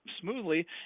smoothly